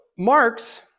Marx